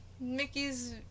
Mickey's